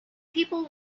people